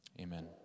Amen